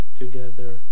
together